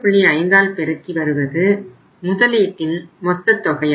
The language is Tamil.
5 ஆல் பெருக்கி வருவது முதலீட்டின் மொத்த தொகையாகும்